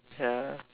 ya